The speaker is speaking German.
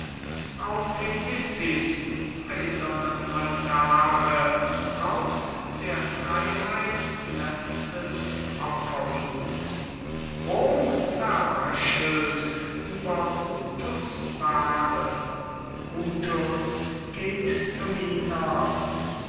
auf philippi's eisernem altare raucht der freiheit letztes opferblut rom verröchelt über brutus bahre brutus geht zu